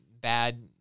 bad